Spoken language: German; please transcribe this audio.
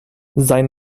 sein